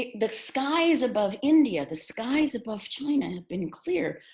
the skies above india, the skies above china had been clear.